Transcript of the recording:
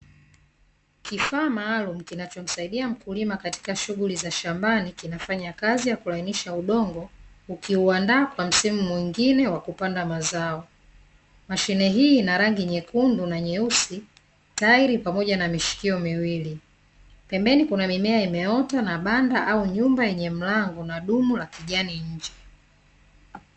Kifaa maalumu kinachomsaidia mkulima katika shughuli za shambani, kinafanya kazi ya kulainisha udongo, ukiuandaa kwa msimu mwingine wa kupanda mazao. Mashine hii ina rangi nyekundu na nyeusi, tairi pamoja na mishikio miwili. Pembeni kuna mimea imeota na banda au nyumba yenye mlango na dumu la kijani nje.